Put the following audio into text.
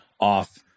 off